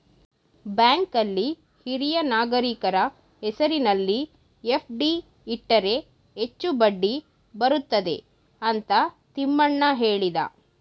ಬ್ಯಾಂಕಲ್ಲಿ ಹಿರಿಯ ನಾಗರಿಕರ ಹೆಸರಿನಲ್ಲಿ ಎಫ್.ಡಿ ಇಟ್ಟರೆ ಹೆಚ್ಚು ಬಡ್ಡಿ ಬರುತ್ತದೆ ಅಂತ ತಿಮ್ಮಣ್ಣ ಹೇಳಿದ